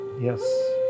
Yes